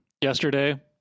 yesterday